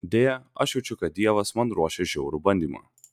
deja aš jaučiu kad dievas man ruošia žiaurų bandymą